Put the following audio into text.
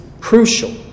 crucial